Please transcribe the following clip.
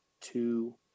two